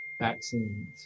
vaccines